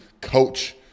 coach